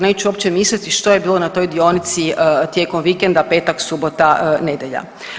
Neću uopće misliti što je bilo na toj dionici tijekom vikenda, petak, subota, nedjelja.